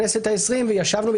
ואתה שואל אנשים מהכנסת העשרים חמש